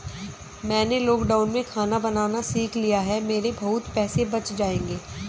मैंने लॉकडाउन में खाना बनाना सीख लिया है, मेरे बहुत पैसे बच जाएंगे